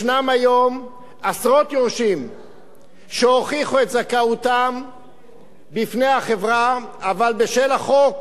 ישנם היום עשרות יורשים שהוכיחו את זכאותם בפני החברה אבל בשל החוק